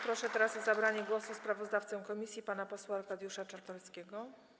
Proszę teraz o zabranie głosu sprawozdawcę komisji pana posła Arkadiusza Czartoryskiego.